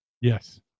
Yes